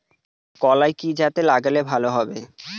কলাই কি জাতে লাগালে ভালো হবে?